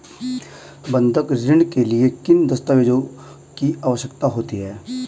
बंधक ऋण के लिए किन दस्तावेज़ों की आवश्यकता होगी?